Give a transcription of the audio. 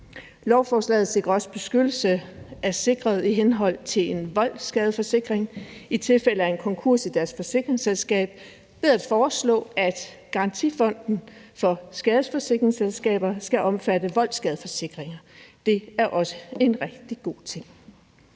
Lovforslaget sikrer også beskyttelse af sikret indhold til en voldsskadeforsikring i tilfælde af en konkurs i et forsikringsselskab ved at foreslå, at Garantifonden for skadesforsikringsselskaber skal omfatte voldsskadeforsikringer. Det er også en rigtig god ting.